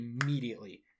immediately